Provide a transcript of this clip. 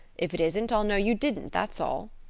if it isn't i'll know you didn't, that's all!